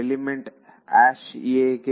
element aಗೆ